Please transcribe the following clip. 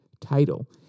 title